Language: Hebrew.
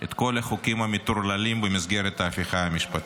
את כל החוקים המטורללים במסגרת ההפיכה המשפטית.